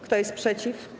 Kto jest przeciw?